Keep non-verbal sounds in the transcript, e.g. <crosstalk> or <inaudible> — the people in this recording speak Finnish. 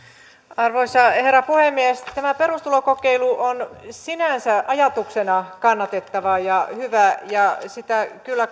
arvoisa herra puhemies tämä perustulokokeilu on sinänsä ajatuksena kannatettava ja hyvä ja sitä kyllä <unintelligible>